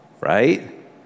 Right